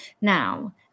Now